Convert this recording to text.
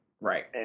right